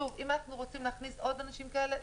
אם אנחנו רוצים להכניס עוד אנשים כאלה,